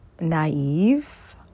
naive